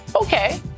Okay